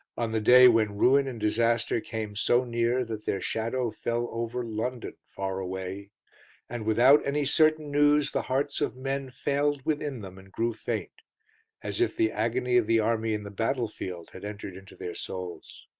on the day when ruin and disaster came so near that their shadow fell over london far away and, without any certain news, the hearts of men failed within them and grew faint as if the agony of the army in the battlefield had entered into their souls.